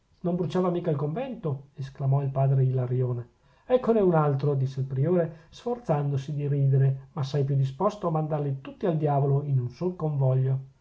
non bruciava mica il convento esclamò il padre ilarione eccone un altro disse il priore sforzandosi di ridere ma assai più disposto a mandarli tutti al diavolo in un solo convoglio